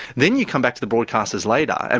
then you come back to the broadcasters later, and